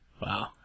wow